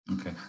Okay